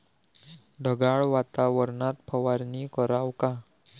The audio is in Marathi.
ढगाळ वातावरनात फवारनी कराव का?